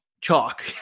chalk